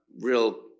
real